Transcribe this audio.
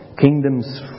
Kingdoms